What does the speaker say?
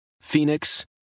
Phoenix